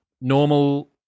normal